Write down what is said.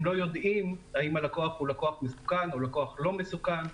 הם לא יודעים האם הלקוח הוא לקוח מסוכן או לקוח לא מסוכן,